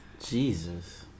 Jesus